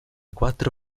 quattro